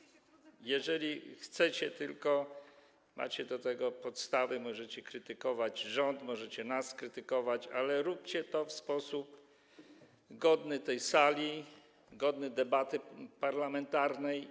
jeżeli chcecie, macie do tego podstawy, możecie krytykować rząd, możecie nas krytykować, ale róbcie to w sposób godny tej sali, godny debaty parlamentarnej.